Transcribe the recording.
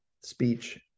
speech